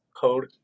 Code